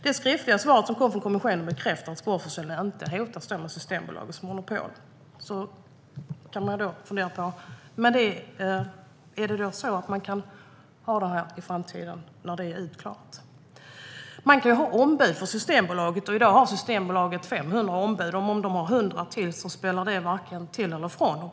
Det skriftliga svar som kom från kommissionen bekräftar att gårdsförsäljning inte hotas av Systembolagets monopol. Då kan man fundera på om man kan ha det här i framtiden, när det är utklarat. Systembolaget kan ha ombud. I dag har Systembolaget 500 ombud. Om man har 100 till gör varken till eller från.